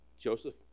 Joseph